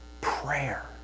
prayer